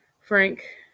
Frank